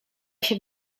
się